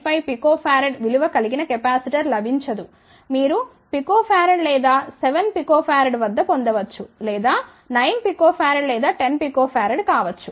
95 pF విలువ కలిగిన capacitor లభించదు మీరు pF లేదా 7 pF వద్ద పొందవచ్చ లేదా 9 pF లేదా 10 pF కావచ్చు